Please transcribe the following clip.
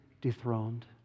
dethroned